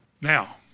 Now